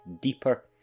deeper